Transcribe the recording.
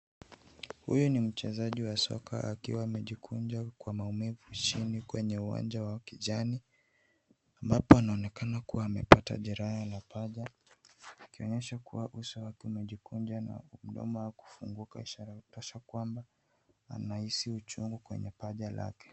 Huyu ni mchezaji wa soka akiwa amejikunja kwa maumivu chini kwenye uwanja wa kijani, ambapo anaonekana kuwa amepata jeraha la paja, akionyesha kuwa uso wake umejikunja na mdomo wake kufunguka, ishara tosha kwamba anahisi uchungu kwenye paja lake.